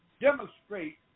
demonstrate